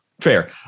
fair